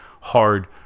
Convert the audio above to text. hard